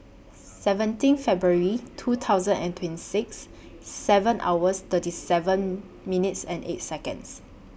seventeen February two thousand and twenty six seven hours thirty seven minutes and eight Seconds